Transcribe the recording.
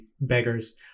beggars